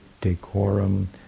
decorum